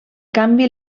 canvi